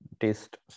taste